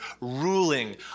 ruling